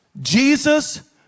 Jesus